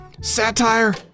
satire